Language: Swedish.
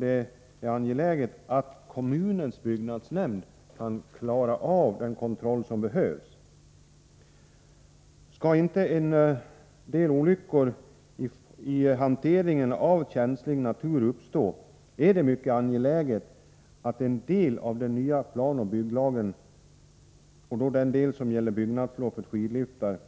Det är angeläget att kommunens byggnadsnämnd kan klara av den bedömning som behövs för att kunna ha planoch byggverksamheten under önskvärd kontroll. Om det inte skall ske en del olyckor i hanteringen av känslig natur, är det mycket angeläget att den del av den nya planoch bygglagen som gäller byggnadslov för skidliftar